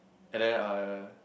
and then I uh